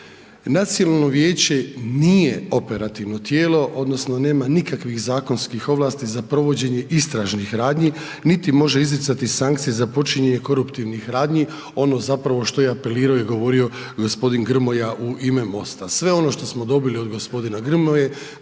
Nacionalno vijeće nije operativno tijelo odnosno nema nikakvih zakonskih ovlasti za provođenje istražnih radnji, niti može izricati sankcije za počinjenje koruptivnih radnji ono što je zapravo apelirao i govorio gospodin Grmoja u ima MOST-a. Sve ono što smo dobili od gospodina Grmoje